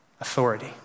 authority